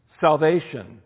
salvation